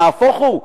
נהפוך הוא.